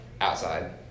outside